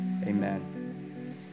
Amen